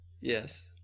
Yes